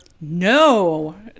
No